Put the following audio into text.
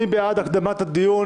מי בעד הקדמת הדיון?